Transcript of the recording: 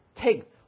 take